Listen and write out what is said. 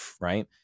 right